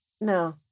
No